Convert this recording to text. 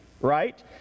right